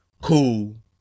Cool